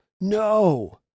No